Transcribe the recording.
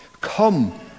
Come